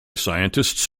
scientists